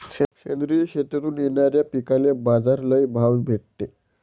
सेंद्रिय शेतीतून येनाऱ्या पिकांले बाजार लई भाव भेटते